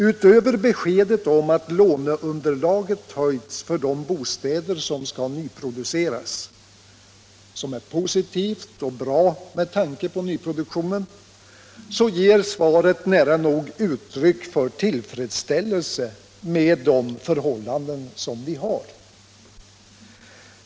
Utöver beskedet om att låneunderlåget höjts för de bostäder som skall nyproduceras, som är positivt och bra med tanke på nyproduktionen, ger svaret nära nog uttryck för tillfredsställelse med de förhållanden som vi har.